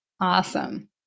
Awesome